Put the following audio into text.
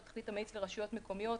תוכנית המאיץ ברשויות מקומיות.